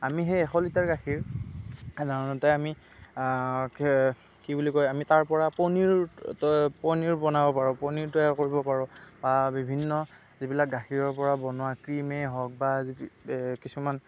আমি সেই এশ লিটাৰ গাখীৰ সাধাৰণতে আমি কি বুলি কয় আমি তাৰ পৰা পনিৰ তৈ পনিৰ বনাব পাৰোঁ পনিৰ তৈয়াৰ কৰিব পাৰোঁ বা বিভিন্ন যিবিলাক গাখীৰৰ পৰা বনোৱা ক্ৰীমে হওক বা কিছুমান